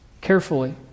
carefully